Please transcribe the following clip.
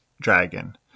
Dragon